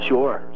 Sure